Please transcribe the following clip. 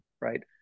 right